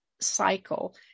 cycle